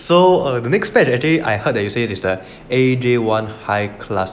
so err the next pair is actually I heard that you say is the A_J one high class